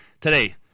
today